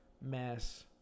mass